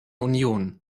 union